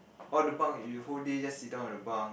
all the bunk you whole day just sit down at the bunk